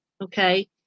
Okay